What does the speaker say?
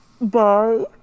bye